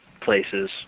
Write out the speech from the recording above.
places